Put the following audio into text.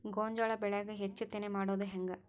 ಗೋಂಜಾಳ ಬೆಳ್ಯಾಗ ಹೆಚ್ಚತೆನೆ ಮಾಡುದ ಹೆಂಗ್?